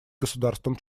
государствам